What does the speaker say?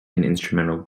instrumental